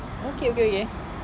okay okay okay